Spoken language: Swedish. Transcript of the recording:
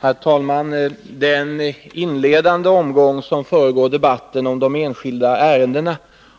Herr talman! Den inledande omgång som föregår debatten om de enskilda ärendena